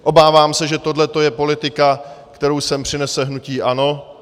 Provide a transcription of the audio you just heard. Obávám se, že tohle je politika, kterou sem přinese hnutí ANO.